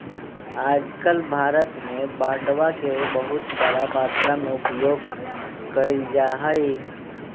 आजकल भारत में बांडवा के बहुत बड़ा मात्रा में उपयोग कइल जाहई